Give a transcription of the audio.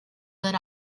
that